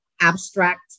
abstract